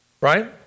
Right